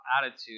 attitude